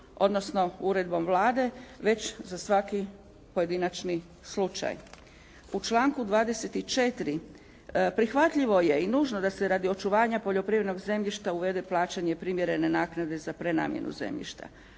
odnosno uredbom Vlade već za svaki pojedinačni slučaj. U članku 24. prihvatljivo je i nužno da se radi očuvanja poljoprivrednog zemljišta uvede plaćanje primjerene naknade za prenamjenu zemljišta.